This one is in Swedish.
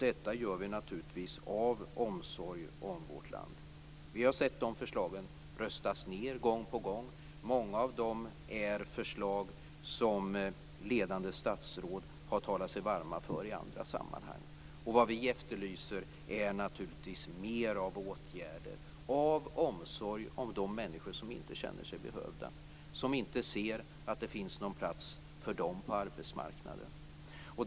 Detta gör vi naturligtvis av omsorg om vårt land. Vi har sett dessa förslag röstas ned gång på gång. Många av dem är förslag som ledande statsråd talat sig varma för i andra sammanhang. Vad vi efterlyser är naturligtvis mer av åtgärder av omsorg om de människor som inte känner sig behövda, som inte ser att det finns någon plats för dem på arbetsmarknaden.